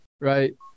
right